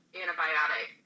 antibiotic